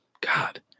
God